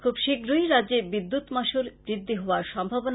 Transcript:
খুব শীঘ্রই রাজ্যে বিদ্যুৎ মাশুল বৃদ্ধি হওয়ার সম্ভাবনা